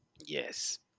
Yes